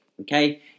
Okay